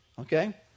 Okay